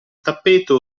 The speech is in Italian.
tappeto